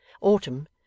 Autumn